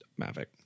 Mavic